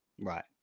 Right